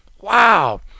Wow